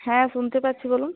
হ্যাঁ শুনতে পাচ্ছি বলুন